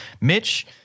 Mitch